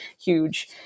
huge